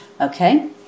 Okay